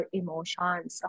emotions